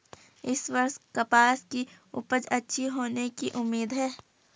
इस वर्ष कपास की उपज अच्छी होने की उम्मीद है